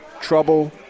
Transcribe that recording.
trouble